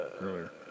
earlier